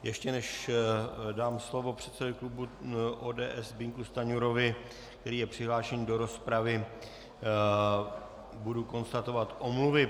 Ještě než dám slovo předsedovi klubu ODS Zbyňku Stanjurovi, který je přihlášen do rozpravy, budu konstatovat omluvy.